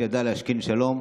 וידע להשכין שלום.